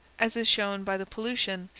as is shown by the pollution,